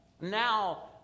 now